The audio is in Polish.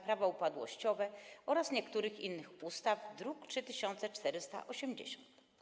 Prawo upadłościowe oraz niektórych innych ustaw, druk nr 3480.